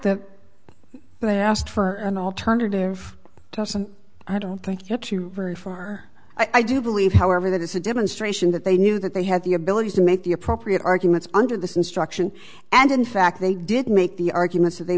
that they asked for an alternative doesn't i don't thank you very for i do believe however that it's a demonstration that they knew that they had the ability to make the appropriate arguments under this instruction and in fact they did make the arguments that they